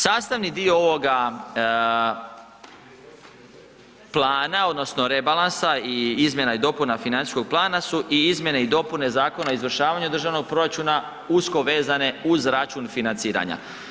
Sastavni dio ovoga plana odnosno rebalansa i izmjena i dopuna financijskog plana su i izmjene i dopune Zakona o izvršavanju državnog proračuna usko vezane uz račun financiranja.